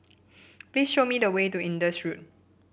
please show me the way to Indus Road